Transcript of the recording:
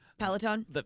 Peloton